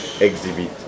exhibit